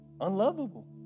unlovable